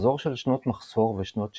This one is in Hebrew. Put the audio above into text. מחזור של שנות מחסור ושנות שפע.